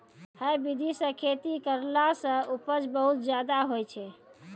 है विधि सॅ खेती करला सॅ उपज बहुत ज्यादा होय छै